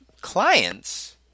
clients